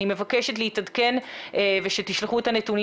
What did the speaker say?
אני מבקשת להתעדכן ושתשלחו את הנתונים